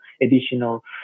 additional